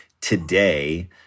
today